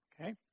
okay